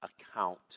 account